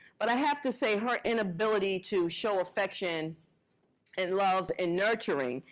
but i have to say, her inability to show affection and love and nurturing,